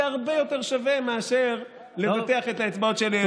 זה הרבה יותר שווה מאשר לבטח את האצבעות של אלי אבידר,